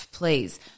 please